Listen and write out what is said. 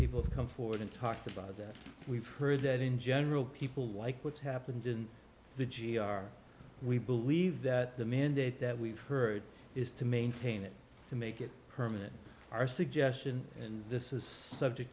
people to come forward and talk about that we've heard that in general people like what's happened in the g r we believe that the mandate that we've heard is to maintain it to make it permanent our suggestion and this is subject